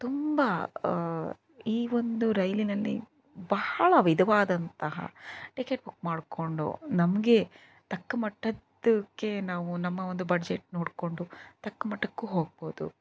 ತುಂಬ ಈ ಒಂದು ರೈಲಿನಲ್ಲಿ ಬಹಳ ವಿಧವಾದಂತಹ ಟಿಕೆಟ್ ಬುಕ್ ಮಾಡ್ಕೊಂಡು ನಮಗೆ ತಕ್ಕಮಟ್ಟದ್ಕೆ ನಾವು ನಮ್ಮ ಒಂದು ಬಜೆಟ್ ನೋಡ್ಕೊಂಡು ತಕ್ಕಮಟ್ಟಕ್ಕೂ ಹೋಗಬಹುದು